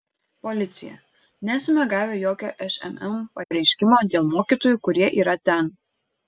policija nesame gavę jokio šmm pareiškimo dėl mokytojų kurie yra ten